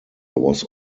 was